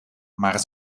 maar